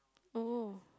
oh